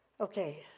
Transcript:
okay